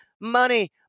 money